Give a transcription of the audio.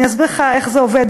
אני אסביר לך איך זה עובד,